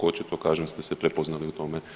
Očito kažem ste se prepoznali u tome.